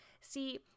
See